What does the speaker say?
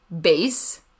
base